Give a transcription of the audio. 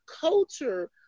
culture